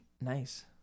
Nice